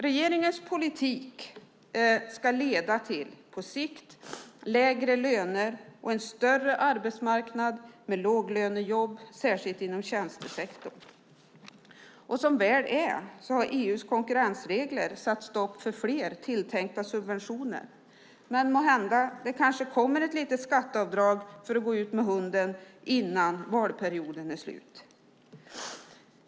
Regeringens politik ska leda till lägre löner på sikt och en större arbetsmarknad med låglönejobb, särskilt inom tjänstesektorn. Som väl är har EU:s konkurrensregler satt stopp för fler tilltänkta subventioner. Måhända kommer det ett litet skatteavdrag för att gå ut med hunden innan valperioden är slut.